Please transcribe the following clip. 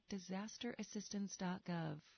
DisasterAssistance.gov